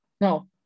no